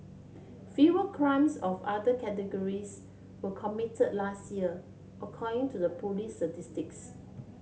fewer crimes of other categories were committed last year according to the police's statistics